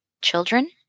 children